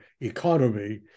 economy